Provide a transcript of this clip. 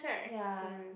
ya